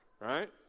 right